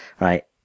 Right